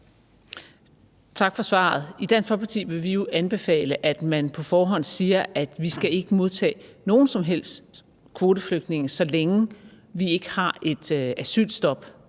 Tak for svaret. I Dansk Folkeparti vil vi jo anbefale, at man på forhånd siger, at vi ikke skal modtage nogen som helst kvoteflygtninge, så længe vi ikke har et asylstop